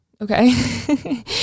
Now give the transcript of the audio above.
Okay